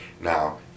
Now